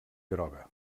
groga